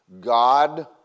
God